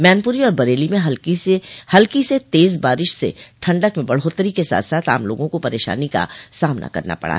मैनपुरी और बरेली में हल्की से तज़ बारिश से ठंडक में बढ़ोत्तरी के साथ साथ आम लोगों को परेशानी का सामना करना पड़ा